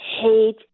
hate